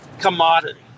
commodity